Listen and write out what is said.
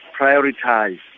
prioritize